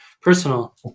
personal